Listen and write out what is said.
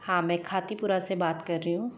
हाँ मैं खातीपुरा से बात कर रही हूँ